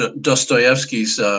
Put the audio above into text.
Dostoevsky's